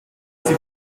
sie